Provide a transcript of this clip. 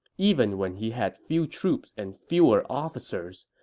even when he had few troops and fewer officers,